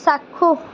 চাক্ষুষ